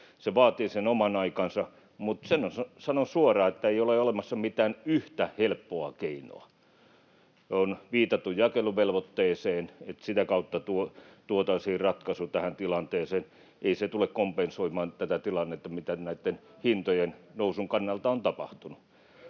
se vaatii sen oman aikansa, mutta sen sanon suoraan, että ei ole olemassa mitään yhtä helppoa keinoa. On viitattu jakeluvelvoitteeseen, että sitä kautta tuotaisiin ratkaisu tähän tilanteeseen. Ei se tule kompensoimaan tätä tilannetta, mitä näitten hintojen nousun kannalta on tapahtunut.